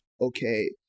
Okay